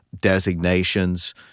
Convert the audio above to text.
designations